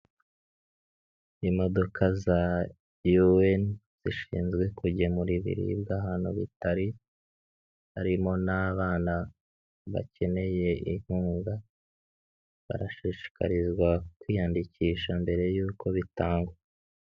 Imodoka za yuweni, zishinzwe kugemura ibibwa ahantu bitari, harimo n'abana bakeneye inkunga, barashishikarizwa kwiyandikisha mbere yuko bitangwa.